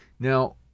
Now